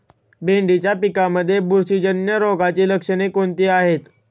भेंडीच्या पिकांमध्ये बुरशीजन्य रोगाची लक्षणे कोणती आहेत?